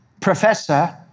professor